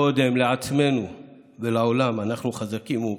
קודם לעצמנו, ולעולם: אנחנו חזקים ומאוחדים.